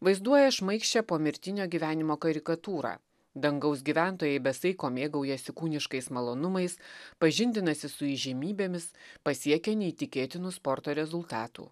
vaizduoja šmaikščią pomirtinio gyvenimo karikatūrą dangaus gyventojai be saiko mėgaujasi kūniškais malonumais pažindinasi su įžymybėmis pasiekia neįtikėtinų sporto rezultatų